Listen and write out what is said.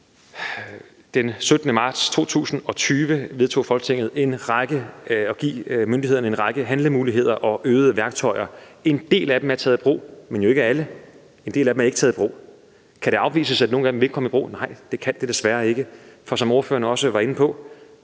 Den 17. marts 2020 vedtog Folketinget at give myndighederne en række handlemuligheder og flere værktøjer. En del af dem er taget i brug, men jo ikke alle; en del af dem er ikke taget i brug. Kan det afvises, at nogle af dem ikke vil komme i brug? Nej, det kan det desværre ikke, for som ordføreren også var inde på,